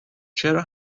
چرا